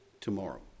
tomorrow